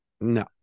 No